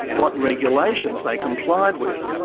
what regulations they complied with,